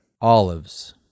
Olives